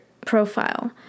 profile